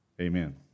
Amen